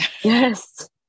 yes